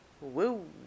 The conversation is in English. Woo